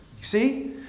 See